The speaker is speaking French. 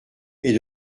est